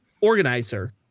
organizer